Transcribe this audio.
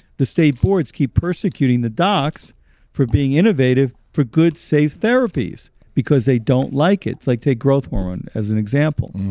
the state boards keep persecuting the docs for being innovative for good, safe therapies, because they don't like it. like take growth hormone as an example.